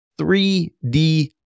3D